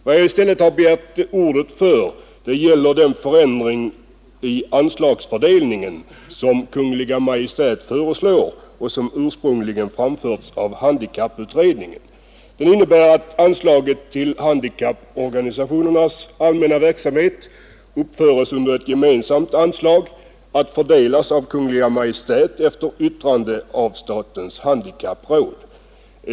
Vad jag i stället begärt ordet för gäller den förändring i anslagsfördelningen som Kungl. Maj:t föreslår och som ursprungligen framförts av handikapputredningen. Den innebär att anslaget till handikapporganisationernas allmänna verksamhet uppföres under ett gemensamt anslag att fördelas av Kungl. Maj:t efter yttrande av statens handikappråd.